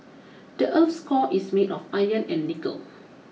the earth's core is made of iron and nickel